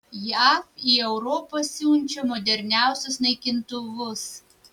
jav į europą siunčia moderniausius naikintuvus